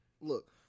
Look